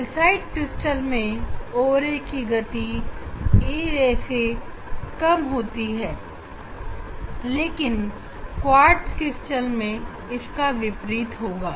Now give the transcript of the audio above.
calcite crystal में O ray की गति e ray से कम होगी लेकिन क्वार्ट्ज क्रिस्टल में इसका विपरीत होगा